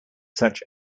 such